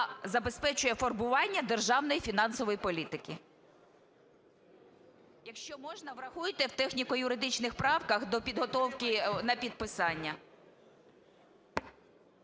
забезпечує формування державної фінансової політики. Якщо можна, врахуйте в техніко-юридичних правках до підготовки на підписання.